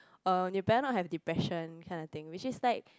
um you better not have depression this kind of thing which is like